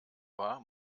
war